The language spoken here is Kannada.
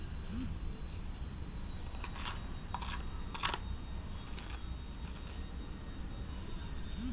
ಜಾನುವಾರುಗಳನ್ನು ಮಾಂಸ ಹಾಲು ತುಪ್ಪಳ ಮತ್ತು ವ್ಯವಸಾಯಕ್ಕಾಗಿ ಬಳಸಿಕೊಳ್ಳಲಾಗುತ್ತದೆ